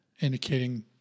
indicating